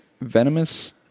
venomous